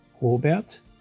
Robert